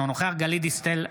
אינו נוכח גלית דיסטל אטבריאן,